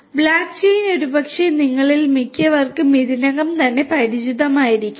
block chain ഒരുപക്ഷേ നിങ്ങളിൽ മിക്കവർക്കും ഇതിനകം പരിചിതമായിരിക്കാം